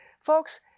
folks